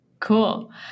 Cool